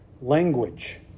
language